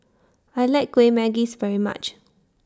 I like Kueh Manggis very much